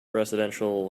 residential